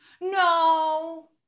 No